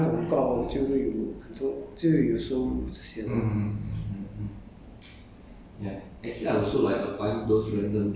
they also have like 他们拍广告就会有就有收入这些 loh